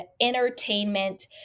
entertainment